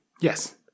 Yes